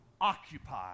occupy